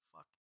Fuck